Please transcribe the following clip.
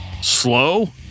slow